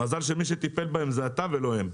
מזל שמי שטיפל בהם זה אתה ולא הם.